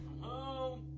home